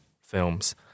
films